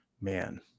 man